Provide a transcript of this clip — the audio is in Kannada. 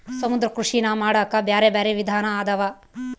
ಸಮುದ್ರ ಕೃಷಿನಾ ಮಾಡಾಕ ಬ್ಯಾರೆ ಬ್ಯಾರೆ ವಿಧಾನ ಅದಾವ